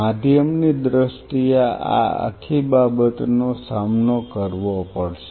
માધ્યમની દ્રષ્ટિએ આ આખી બાબતનો સામનો કરવો પડશે